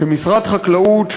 משרד חקלאות,